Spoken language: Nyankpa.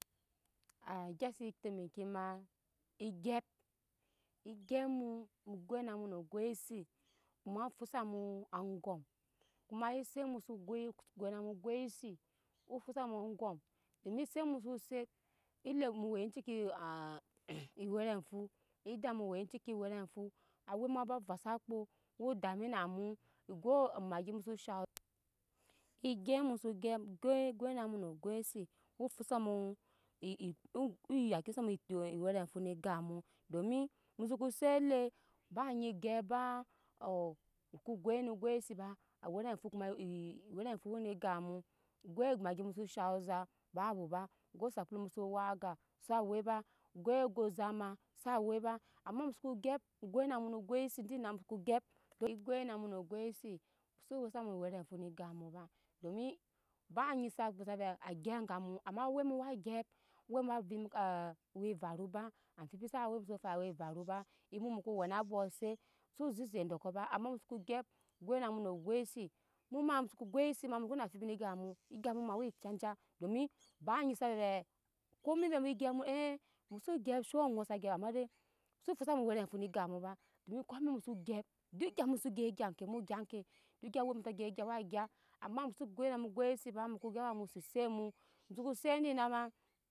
A gya si tɛmeki ma egyap egyap mumu goi na muno goisit koma ofosa mu aŋgɔm koma ese mu so goi na mu no goisit wu foise mu aŋgɔmm dom set mu so set ele mu we ewerefu eda muwe cikki were fu awɛ mu aba vosa kpo wu dami na mu so amaggi muso shaŋ egya muso gyap goi goi na muno goiset afosa mu oya ki samu ido ewerefo ne gap mu domi musoko set le ba nyi gyap ba muko goi no goi sit ba ewerefo koma ewerefo weme gap gbi maggi muso shaŋ ozap babu ba goi sapulo muso wak aga sawe ba goi ago zap ma sawe ba goi ago zap ma sawe ba ama mu soko gyap goi na mu no goiset dina musoko gyap goigoi na muno goisit su we samu ne ewewfo ne gap mu ba domi ba nyi sa go sa vɛ agya ka mu ama awɛ mu wa gyap ka mu amai awɛ mu w gyap awɛ mu wa bi awe varu ba amfibi sa we muso fai awɛ varu ba emu muko wene abok set su zeze doko ba ama muso ko gyap mu goi na muno goisit muma mu soko goisit a mu wena amfibi ne gap mu egap mu ma we cce je domi ba anyi sa ve ve komi mu ve gyap mu eh muso gyap sho ŋɔ sa gyap amade su fusamu ewerefu ne gap mu ba mu ko emɛk muso gyap dok egya mu so gyao muso gyap gya ke mu gya ke dok eŋke awe mu sa gyai gya ama muso goi na mu goisit ba muko gya awa mu sese mu musko set dina ma